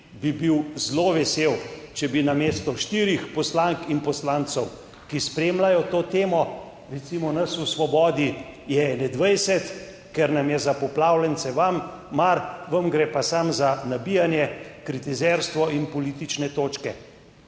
bi bil zelo vesel, če bi namesto štirih poslank in poslancev, ki spremljajo to temo, recimo nas v Svobodi je ene 20, ker nam je za poplavljence mar, vam gre pa samo za nabijanje, kritizerstvo in politične točke.